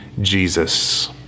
Jesus